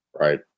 Right